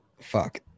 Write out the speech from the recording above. Fuck